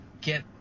get